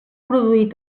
produir